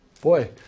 Boy